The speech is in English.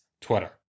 Twitter